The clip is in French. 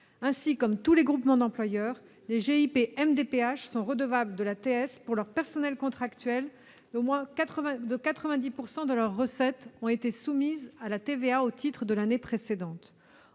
Ainsi, comme tous les groupements d'employeurs, les GIP MDPH sont redevables de la taxe sur les salaires pour leurs personnels contractuels si moins de 90 % de leurs recettes ont été soumises à la TVA au titre de l'année précédente.